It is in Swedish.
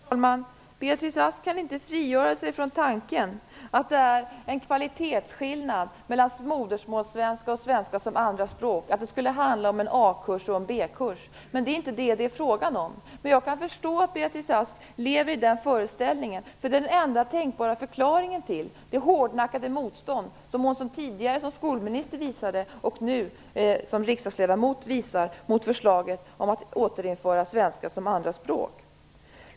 Herr talman! Beatrice Ask kan inte frigöra sig från tanken att det är en kvalitetsskillnad mellan modersmålssvenska och svenska som andraspråk, att det skulle handla om en A-kurs och en B-kurs. Men det är inte det som det är fråga om. Jag kan dock förstå att Beatrice Ask lever i den föreställningen. Det är den enda tänkbara förklaringen till det hårdnackade motstånd hon tidigare som skolminister visade och nu som riksdagsledamot visar mot förslaget om att återinföra svenska som andraspråk.